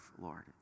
lord